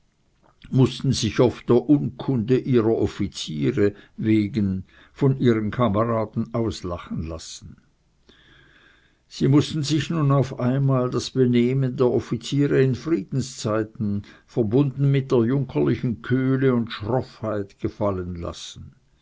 mußten sich oft der unkunde ihrer offiziere wegen von ihren kameraden auslachen lassen sie mußten sich nun auf einmal das benehmen der offiziere in friedenszeiten verbunden mit der junkerlichen kühle und schroffheit gefallen lassen